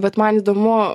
vat man įdomu